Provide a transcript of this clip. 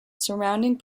surrounding